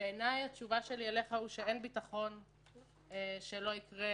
התשובה שלי אליך בעניין החשש היא שאין ביטחון שזה לא יקרה,